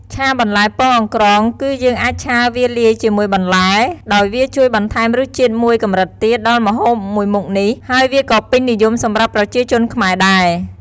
ឆាបន្លែពងអង្រ្កង គឺយើងអាចឆាវាលាយជាមួយបន្លែ ដោយវាជួយបន្ថែមរសជាតិមួយកម្រិតទៀតដល់ម្ហូបមួយមុខនេះ ហើយវាក៏ពេញនិយមសម្រាប់ប្រជាជនខ្មែរដែរ។